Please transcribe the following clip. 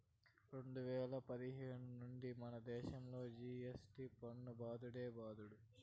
రెండు వేల పదిహేను నుండే మనదేశంలో జి.ఎస్.టి పన్ను బాదుడే బాదుడు